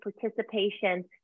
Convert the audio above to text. participation